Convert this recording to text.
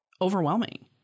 overwhelming